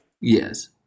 Yes